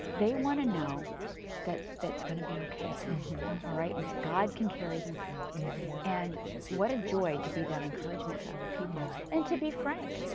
they want to know that that it's going to be okay and and that god can carry them through. and and what a joy to be that encourage but to other people. and to be frank,